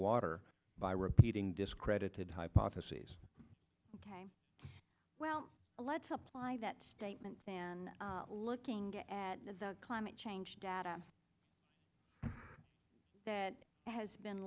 water by repeating discredited hypotheses ok well let's apply that statement than looking at the climate change data that has been